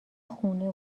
خونه